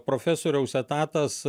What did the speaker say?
profesoriaus etatas